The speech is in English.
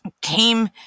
came